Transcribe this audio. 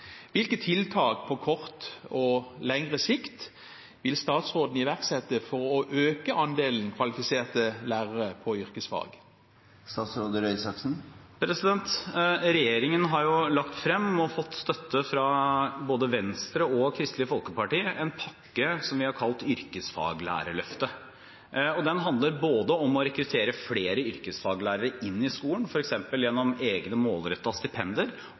Hvilke tiltak på kort og lengre sikt vil statsråden iverksette for å øke andelen kvalifiserte lærere på yrkesfag? Regjeringen har lagt frem – og fått støtte fra både Venstre og Kristelig Folkeparti – en pakke som vi har kalt Yrkesfaglærerløftet. Det handler både om å rekruttere flere yrkesfaglærere inn i skolen, f.eks. gjennom egne målrettede stipender,